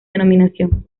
denominación